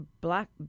black